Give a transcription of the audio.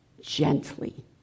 gently